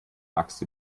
axt